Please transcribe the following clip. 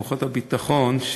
כוחות הביטחון,